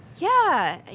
yeah.